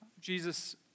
Jesus